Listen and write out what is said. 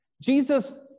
Jesus